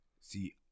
see